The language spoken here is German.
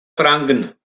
franken